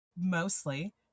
mostly